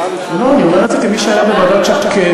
לא, אני אומר את זה כמי שהיה בוועדת שקד.